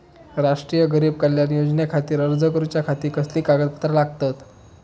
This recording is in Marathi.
राष्ट्रीय गरीब कल्याण योजनेखातीर अर्ज करूच्या खाती कसली कागदपत्रा लागतत?